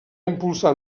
impulsar